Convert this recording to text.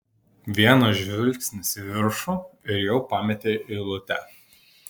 vienas žvilgsnis į viršų ir jau pametei eilutę